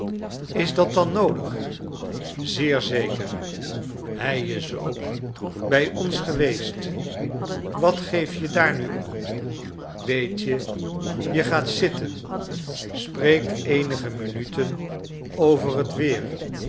is dat dan noodig zeer zeker hij is ook bij ons geweest wat geef je daar nu om weet je je gaat zitten spreekt eenige minuten over het weer